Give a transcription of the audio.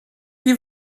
die